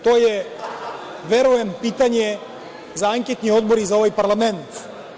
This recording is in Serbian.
To je verujem pitanje za anketni odbor i za ovaj parlament.